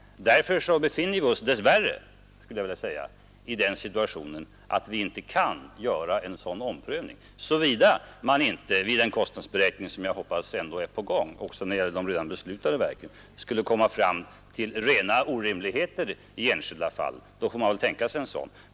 Därför befinner vi oss dess värre i den situationen att vi inte kan göra en sådan omprövning, såvida man inte vid en kostnadsberäkning, som jag hoppas ändå är på gång också när det gäller de redan beslutade verken, skulle komma fram till rena orimligheter i enskilda fall. Då får man tänka sig en omprövning.